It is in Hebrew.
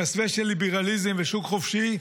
במסווה של ליברליזם ושוק חופשי,